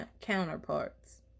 counterparts